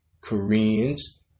Koreans